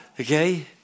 okay